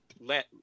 let